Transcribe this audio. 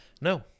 No